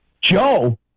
Joe